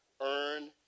Earn